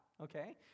Okay